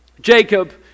Jacob